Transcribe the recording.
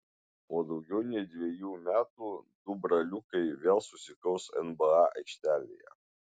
po daugiau nei dviejų metų du braliukai vėl susikaus nba aikštelėje